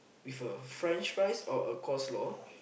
with a french fries or a coleslaw